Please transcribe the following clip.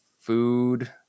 food